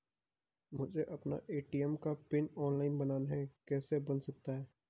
मुझे अपना ए.टी.एम का पिन ऑनलाइन बनाना है कैसे बन सकता है?